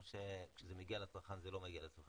או שכאשר זה מגיע לצרכן זה לא מגיע ל-25%?